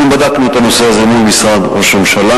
אנחנו בדקנו את הנושא הזה מול משרד ראש הממשלה,